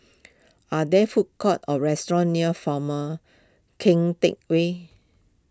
are there food courts or restaurants near former Keng Teck Whay